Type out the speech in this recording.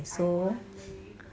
I want leh